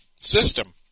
system